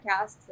podcasts